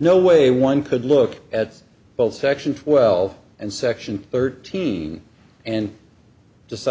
no way one could look at both section twelve and section thirteen and decide